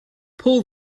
pull